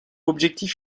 objectif